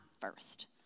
first